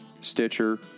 Stitcher